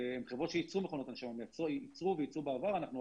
אלה חברות שייצרו בעבר מכונות הנשמה.